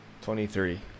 twenty-three